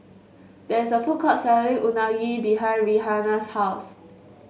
there is a food court selling Unagi behind Rihanna's house